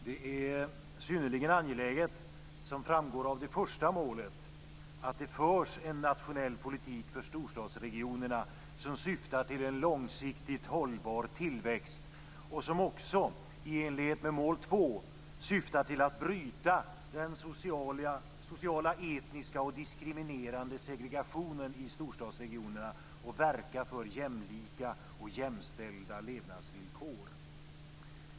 Det är synnerligen angeläget, som framgår av det första målet, att det förs en nationell politik för storstadsregionerna som syftar till en långsiktigt hållbar tillväxt och som också, i enlighet med det andra målet, syftar till att bryta den sociala, etniska och diskriminerande segregationen i storstadsregionerna och verka för jämlika och jämställda levnadsvillkor.